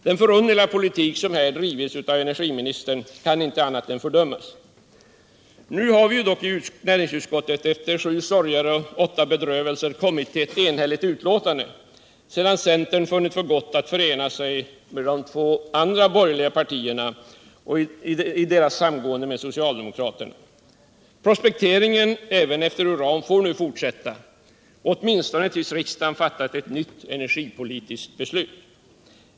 Den förunderliga politik som här drivits av energiministern kan inte annat än fördömas. I näringsutskottet har vi nu efter sju sorger och åtta bedrövelser kommit fram till ett enhälligt utlåtande sedan centern funnit för gott att förena sig med de två andra borgerliga partierna i deras samgående med socialdemokraterna. Prospekteringen även efter uran får nu fortsätta åtminstone tills riksdagen fattar ett nytt energipolitiskt beslut.